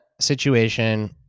situation